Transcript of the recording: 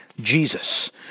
Jesus